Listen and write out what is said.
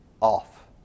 off